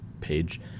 page